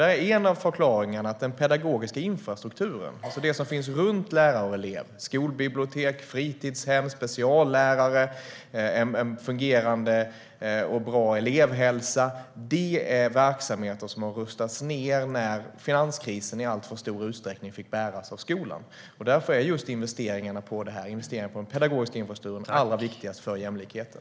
Där är en av förklaringarna att den pedagogiska infrastrukturen, alltså det som finns runt lärare och elever - skolbibliotek, fritidshem, speciallärare och en fungerande och bra elevhälsa - är verksamheter som har rustats ned då finanskrisen i alltför stor utsträckning fick bäras av skolan. Därför är investeringarna i den pedagogiska infrastrukturen allra viktigast för jämlikheten.